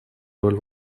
роль